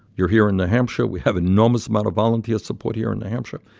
you're here in new hampshire. we have enormous amount of volunteer support here in new hampshire.